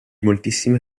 moltissime